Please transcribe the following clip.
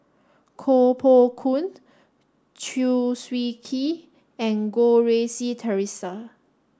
Koh Poh Koon Chew Swee Kee and Goh Rui Si Theresa